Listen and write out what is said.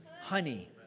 honey